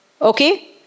Okay